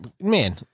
Man